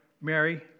Mary